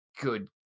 good